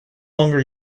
longer